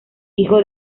hijo